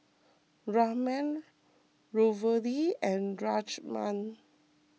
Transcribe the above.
Ramen Ravioli and Rajma